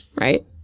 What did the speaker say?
right